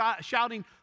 shouting